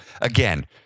again